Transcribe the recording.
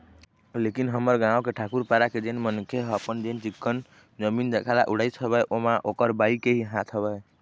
लेकिन हमर गाँव के ठाकूर पारा के जेन मनखे ह अपन जेन चिक्कन जमीन जघा ल उड़ाइस हवय ओमा ओखर बाई के ही हाथ हवय